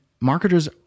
marketers